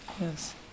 Yes